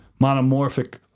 monomorphic